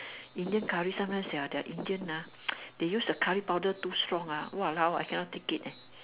Indian curry sometimes their their Indian ah they use their curry powder too strong ah !walao! I cannot take it eh